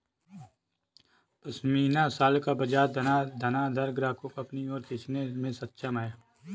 pashmina shawl का बाजार धनाढ्य ग्राहकों को अपनी ओर खींचने में सक्षम है